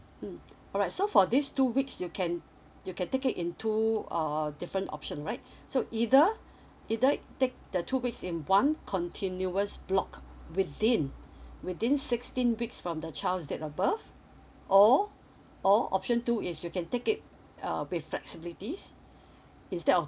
mm alright so for these two weeks you can you can take it in two uh different option right so either either you take the two weeks in one continuous block within within sixteen weeks from the child's date of birth or or option two is you can take it uh with flexibilities instead of